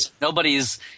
Nobody's